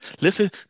Listen